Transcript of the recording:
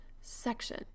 section